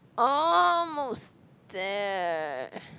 almost there